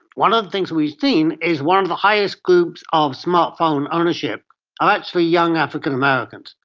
one of the things we've seen is one of the highest groups of smart phone ownership are actually young african americans.